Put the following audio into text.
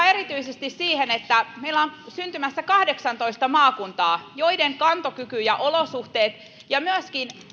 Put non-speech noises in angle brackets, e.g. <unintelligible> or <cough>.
<unintelligible> erityisesti siihen että meillä on syntymässä kahdeksantoista maakuntaa joiden kantokyky ja olosuhteet ja myöskin